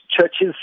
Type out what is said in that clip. churches